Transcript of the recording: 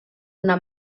una